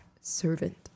servant